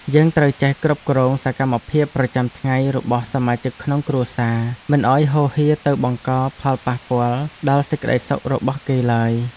យើងត្រូវចេះគ្រប់គ្រងសកម្មភាពប្រចាំថ្ងៃរបស់សមាជិកក្នុងគ្រួសារមិនឱ្យហូរហៀរទៅបង្កផលប៉ះពាល់ដល់សេចក្តីសុខរបស់គេឡើយ។